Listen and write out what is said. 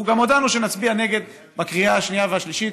ואנחנו גם הודענו שנצביע נגד בקריאה השנייה והשלישית,